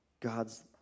God's